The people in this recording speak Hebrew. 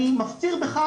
אני מפציר בך,